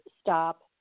stop